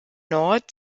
nord